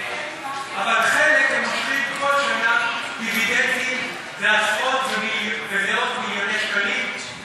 אבל חלק הם מושכים כל שנה כדיבידנדים בעשרות ובמיליוני שקלים,